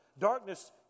Darkness